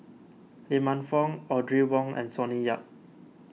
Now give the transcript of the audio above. Lee Man Fong Audrey Wong and Sonny Yap